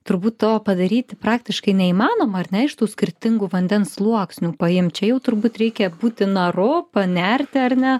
turbūt to padaryti praktiškai neįmanoma ar ne iš tų skirtingų vandens sluoksnių paimt čia jau turbūt reikia būti naru panerti ar ne